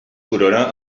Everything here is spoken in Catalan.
corona